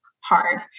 hard